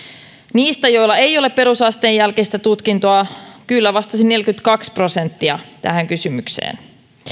niistä joilla ei ole perusasteen jälkeistä tutkintoa kyllä vastasi neljäkymmentäkaksi prosenttia tähän kysymykseen